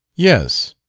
yes,